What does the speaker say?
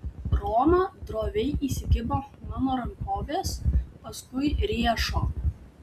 roma droviai įsikibo mano rankovės paskui riešo